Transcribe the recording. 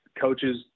Coaches